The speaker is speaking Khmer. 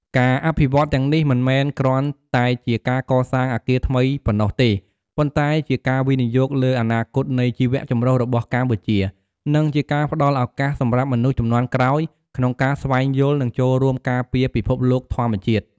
ការអភិវឌ្ឍន៍ទាំងនេះ មិនមែនគ្រាន់តែជាការកសាងអគារថ្មីប៉ុណ្ណោះទេ ប៉ុន្តែជាការវិនិយោគលើអនាគតនៃជីវៈចម្រុះរបស់កម្ពុជា និងជាការផ្តល់ឱកាសសម្រាប់មនុស្សជំនាន់ក្រោយក្នុងការស្វែងយល់ និងចូលរួមការពារពិភពលោកធម្មជាតិ។